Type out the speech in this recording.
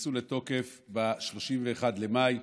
שנכנסו לתוקף ב-31 במאי,